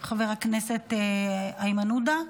חבר הכנסת איימן עודה?